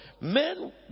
Men